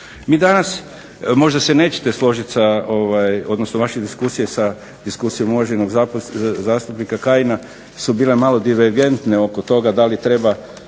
Mi danas, možda se nećete složiti sa, odnosno vaše diskusije sa diskusijom uvaženog zastupnika Kajina su bile malo …/Ne razumije se./… oko toga da li treba